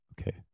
Okay